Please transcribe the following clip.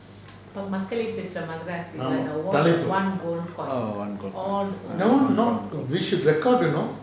orh one gold point